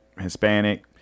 Hispanic